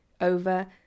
over